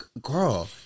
girl